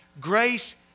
grace